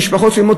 משפחות שלמות,